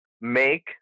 make